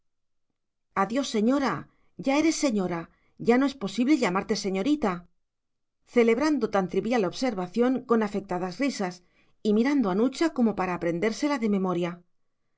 adiós señora ya eres señora ya no es posible llamarte señorita celebrando tan trivial observación con afectadas risas y mirando a nucha como para aprendérsela de memoria